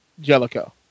Jellico